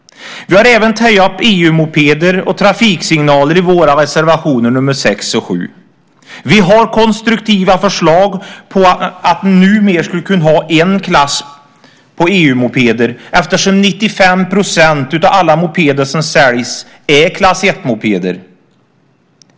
Vi har även tagit upp EU-mopeder och trafiksignaler i våra reservationer nr 6 och 7. Vi har konstruktiva förslag på att man numera skulle kunna ha en klass på EU-mopeder, eftersom 95 % av alla mopeder som säljs är klass 1-mopeder.